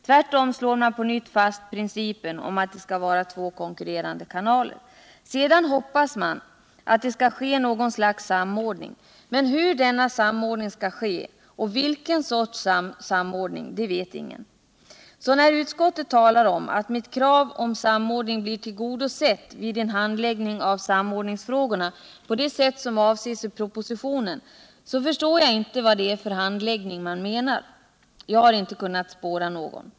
Tvärtom slår man på nytt fast principen om att det skall vara två konkurrerande kanaler. Sedan hoppas man att det skall ske något slags samordning. Men hur denna samordning skall ske och vilken sorts samordning det skall vara vet ingen. När då utskottet talar om att mitt krav på samordning blir tillgodosett vid en händläggning av samordningsfrågorna på det sätt som avses i propositionen, så förstår jag inte vad det är för handläggning man menar — jag har inte kunnat spåra någon.